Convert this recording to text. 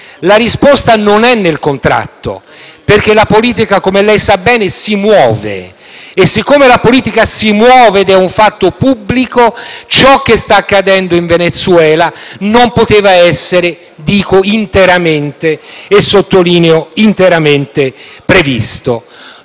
La risposta non è nel contratto, perché la politica, come lei sa bene, si muove; e siccome la politica si muove ed è un fatto pubblico, ciò che sta accadendo in Venezuela non poteva essere interamente - e sottolineo «interamente» - previsto.